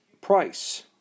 price